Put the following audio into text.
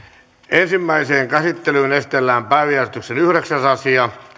ensimmäiseen käsittelyyn esitellään päiväjärjestyksen yhdeksäs asia